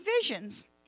visions